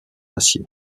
acier